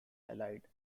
allied